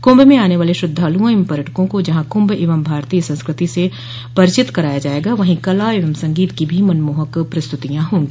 कुंभ में आने वाले श्रद्धालुओं एवं पर्यटकों को जहां कुंभ एवं भारतीय संस्कृति से परिचित कराया जायेगा वहीं कला एवं संगीत की भी मनमोहन प्रस्तुतियां होगी